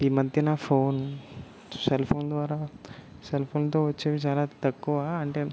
ఈ మధ్యన phone cell phone ద్వారా సెల్ ఫోన్తో వచ్చేవి చాలా తక్కువ అంటే